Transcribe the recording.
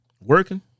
working